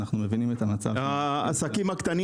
אנחנו מבינים את המצב --- העסקים הקטנים